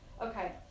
Okay